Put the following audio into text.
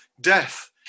Death